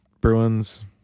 Bruins